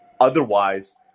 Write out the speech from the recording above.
Otherwise